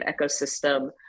ecosystem